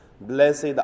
Blessed